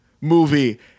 movie